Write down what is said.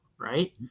right